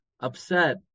upset